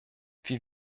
wir